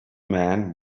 man